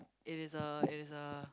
it is a it is a